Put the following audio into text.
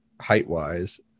height-wise